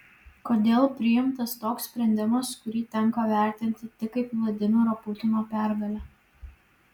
kodėl priimtas toks sprendimas kurį tenka vertinti tik kaip vladimiro putino pergalę